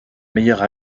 meilleure